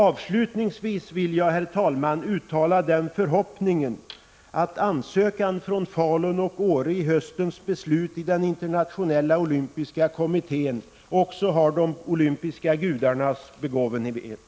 Avslutningsvis vill jag, herr talman, uttala den förhoppningen att ansökan från Falun och Åre när det gäller höstens beslut i den internationella olympiska kommittén också har de olympiska gudarnas bevågenhet.